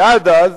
ועד אז,